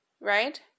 right